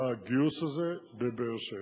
הגיוס הזה בבאר-שבע.